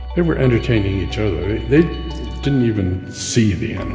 they were entertaining each other. they didn't even see the